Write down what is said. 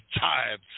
times